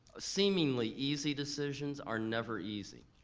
seemingly easy decisions are never easy.